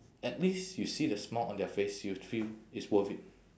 at least you see the smile on their face you feel it's worth it